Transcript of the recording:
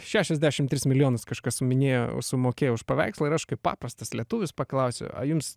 šešiasdešim tris milijonus kažkas minėjo sumokėjo už paveikslą ir aš kaip paprastas lietuvis paklausiu a jums